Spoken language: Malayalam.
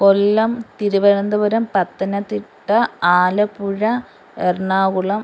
കൊല്ലം തിരുവനന്തപുരം പത്തനംതിട്ട ആലപ്പുഴ എറണാകുളം